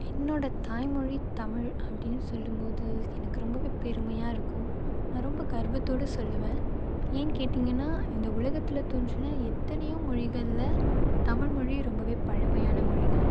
என்னோடய தாய்மொழி தமிழ் அப்படீன்னு சொல்லும்போது எனக்கு ரொம்பவே பெருமையாக இருக்கும் நான் ரொம்ப கர்வத்தோடு சொல்லுவேன் ஏன்னு கேட்டீங்கன்னால் இந்த உலகத்தில் தோன்றின எத்தனையோ மொழிகளில் தமிழ்மொழி ரொம்பவே பழமையான மொழிங்க